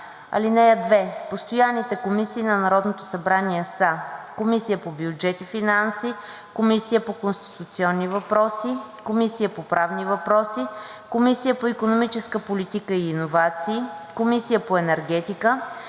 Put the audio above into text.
„(2) Постоянните комисии на Народното събрание са: 1. Комисия по бюджет и финанси; 2. Комисия по конституционни въпроси; 3. Комисия по правни въпроси; 4. Комисия по икономическа политика и иновации; 5. Комисия по енергетика;